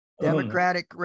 democratic